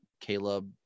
Caleb